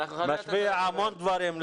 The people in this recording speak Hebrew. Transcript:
משפיע המון דברים.